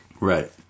Right